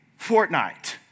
Fortnite